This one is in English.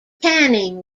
canning